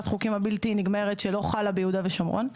החוקים הבלתי נגמרת שלא חלה ביהודה ושומרון.